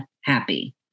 happy